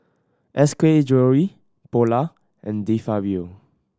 S K Jewellery Polar and De Fabio